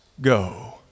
go